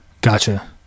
gotcha